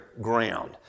ground